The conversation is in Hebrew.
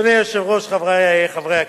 אדוני היושב-ראש, חברי חברי הכנסת,